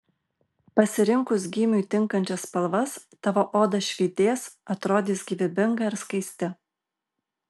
pasirinkus gymiui tinkančias spalvas tavo oda švytės atrodys gyvybinga ir skaisti